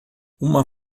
uma